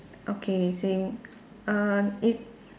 okay same err it